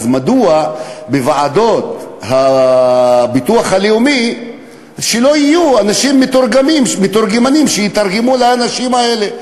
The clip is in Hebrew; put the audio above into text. מדוע בוועדות הביטוח הלאומי לא יהיו מתורגמנים שיתרגמו לאנשים האלה?